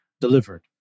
delivered